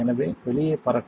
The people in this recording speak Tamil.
எனவே வெளியே பறக்கும்